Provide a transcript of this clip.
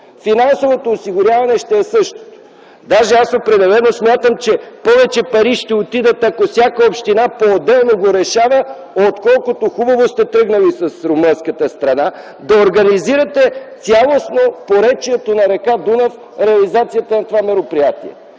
Финансовото осигуряване ще е същото. Определено смятам, че повече пари ще отидат, ако всяка община поотделно решава въпроса. Хубаво сте тръгнали с румънската страна да организирате цялостно поречието на р. Дунав при реализацията на това мероприятие.